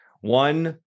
One